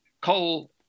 coal